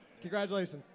Congratulations